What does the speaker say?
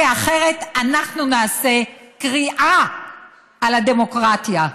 כי אחרת אנחנו נעשה קריעה על הדמוקרטיה.